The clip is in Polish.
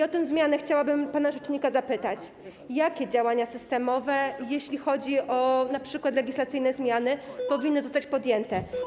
O tę zmianę chciałabym pana rzecznika zapytać: Jakie działania systemowe, jeśli chodzi o np. zmiany legislacyjne, powinny zostać podjęte?